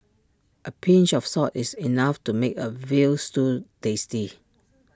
A pinch of salt is enough to make A Veal Stew tasty